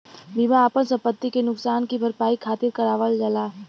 बीमा आपन संपति के नुकसान की भरपाई खातिर करावल जाला